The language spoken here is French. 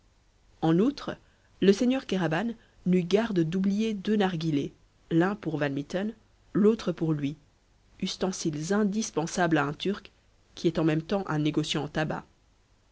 en outre le seigneur kéraban n'eut garde d'oublier deux narghilés l'un pour van mitten l'autre pour lui ustensiles indispensables à un turc qui est en même temps un négociant en tabacs